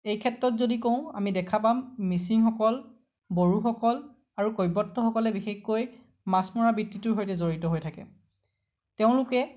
এই ক্ষেত্ৰত যদি কওঁ আমি দেখা পাম মিছিংসকল বড়োসকল আৰু কৈৱৰ্তসকলে বিশেষকৈ মাছ মৰা বৃত্তিটোৰ সৈতে জড়িত হৈ থাকে তেওঁলোকে